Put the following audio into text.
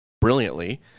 brilliantly